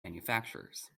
manufacturers